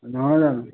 নহয় জানো